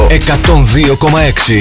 102.6